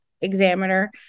examiner